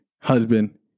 husband